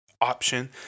option